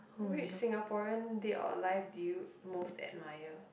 which Singaporean dead or alive do you most admire